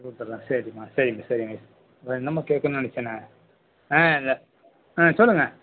கொடுத்துட்றன் சரிமா சரிங்க சரிங்க வேற என்னமோ கேட்கணுன்னு நினச்சனே ஆ இந்த ஆ சொல்லுங்கள்